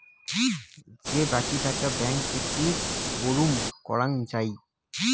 যে বাকী টাকা ব্যাঙ্কত থাকি বুরুম করং যাই